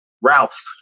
ralph